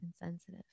Insensitive